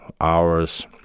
hours